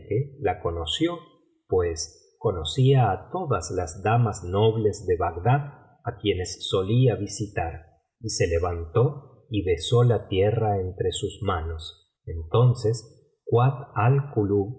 la conoció pues conocía a todas las damas nobles de bagdad á quienes solía visitar y se levantó y besó la tierra entre sus manos entonces kuat